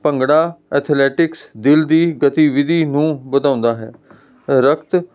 bhangra athletics ਦਿਲ ਦੀ ਗਤੀਵਿਧੀ ਨੂੰ ਵਧਾਉਂਦਾ ਹੈ ਰਕਤ